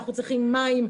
אנחנו צריכים מים,